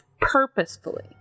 purposefully